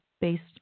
based